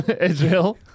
Israel